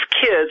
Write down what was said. kids